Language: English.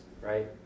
right